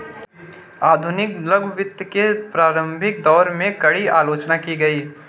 आधुनिक लघु वित्त के प्रारंभिक दौर में, कड़ी आलोचना की गई